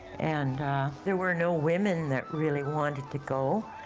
and there were no women that really wanted to go.